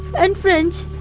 and french.